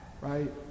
right